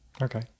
Okay